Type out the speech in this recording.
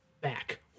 back